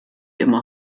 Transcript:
immer